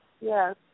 Yes